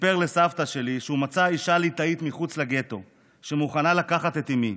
סיפר לסבתא שלי שהוא מצא אישה ליטאית מחוץ לגטו שמוכנה לקחת את אימי.